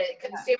consumer